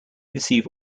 receive